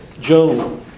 Joe